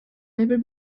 never